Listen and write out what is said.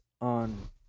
on